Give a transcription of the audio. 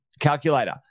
calculator